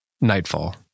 Nightfall